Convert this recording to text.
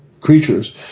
Creatures